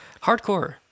Hardcore